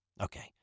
Okay